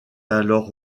alors